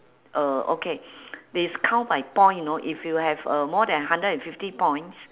uh okay they is count by point you know if you have uh more than hundred and fifty points